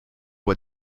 what